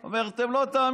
הוא אומר: אתם לא תאמינו,